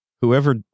whoever